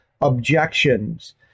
objections